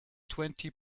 twenty